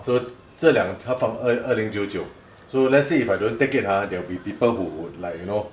so 这辆他放二零九九 so let's say if I don't take it ah there will be people who would like you know